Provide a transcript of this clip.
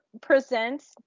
Presents